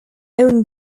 own